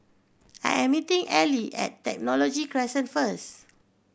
I am meeting Ally at Technology Crescent first